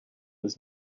was